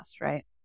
right